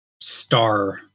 star